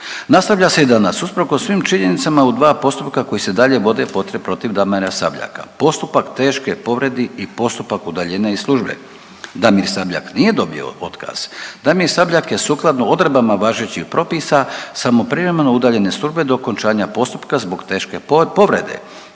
nastavlja se i danas, usprkos svim činjenicama u dva postupka koji se dalje vode protiv Damira Sabljaka, postupak teške povrede i postupak udaljenja iz službe. Damir Sabljak nije dobio otkaz, Damir Sabljak je sukladno odredbama važećih propisa samo privremeno udaljen iz službe do okončanja postupka zbog teške povrede